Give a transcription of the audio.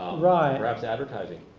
right. perhaps advertising.